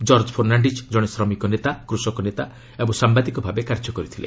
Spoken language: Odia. ଜର୍ଜ ଫର୍ଣ୍ଣାଣିକ୍ ଜଣେ ଶ୍ରମିକ ନେତା କୃଷକ ନେତା ଓ ସାମ୍ବାଦିକ ଭାବେ କାର୍ଯ୍ୟ କରିଥିଲେ